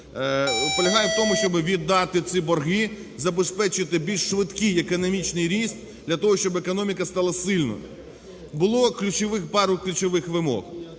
полягає в тому, щоби віддати ці борги, забезпечити більш швидкий економічний ріст, для того щоб економіка стала сильною. Було ключових, пару ключових вимог.